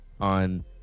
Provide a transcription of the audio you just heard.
on